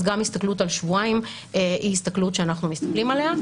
אז גם הסתכלות על שבועיים היא הסתכלות שאנחנו מסתכלים עליה.